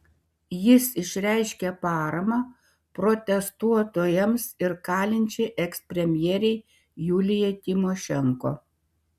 jis išreiškė paramą protestuotojams ir kalinčiai ekspremjerei julijai tymošenko